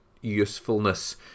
usefulness